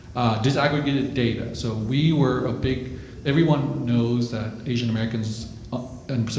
disaggregated data so we were a big everyone knows that asian-americans and so